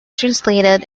translated